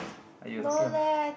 ah you were talking about